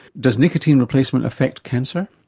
does nicotine replacement affect cancer?